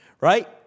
right